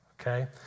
Okay